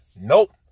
Nope